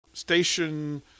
Station